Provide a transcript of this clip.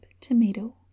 tomato